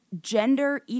gender